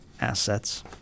assets